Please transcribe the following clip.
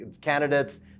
candidates